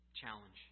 challenge